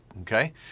okay